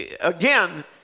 again